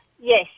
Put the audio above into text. Yes